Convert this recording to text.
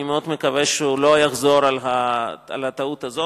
אני מאוד מקווה שהוא לא יחזור על הטעות הזאת,